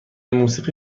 موسیقی